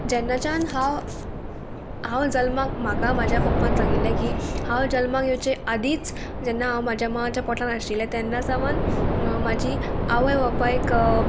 जेन्नाच्यान हांव हांव जल्माक म्हाका म्हाज्या पप्पान सांगिल्लें की हांव जल्माक येवचे आदींच जेन्ना हांव म्हाज्या मांच्या पोटान आशिल्लें तेन्ना सावन म्हाजी आवय बापायक